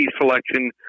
selection